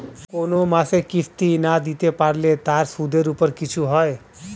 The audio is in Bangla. কোন মাসের কিস্তি না দিতে পারলে তার সুদের উপর কিছু হয়?